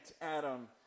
Adam